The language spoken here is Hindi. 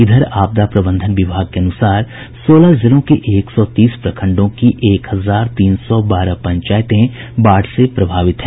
इधर आपदा प्रबंधन विभाग के अनुसार सोलह जिलों के एक सौ तीस प्रखंडों की एक हजार तीन सौ बारह पंचायतें बाढ़ से प्रभावित हैं